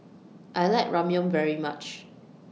I like Ramyeon very much